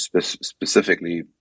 specifically